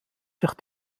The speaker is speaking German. sich